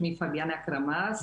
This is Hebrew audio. שמי פביאנה קרמז,